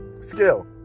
Skill